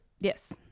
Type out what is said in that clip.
Yes